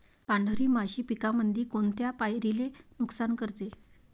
पांढरी माशी पिकामंदी कोनत्या पायरीले नुकसान करते?